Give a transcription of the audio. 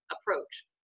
approach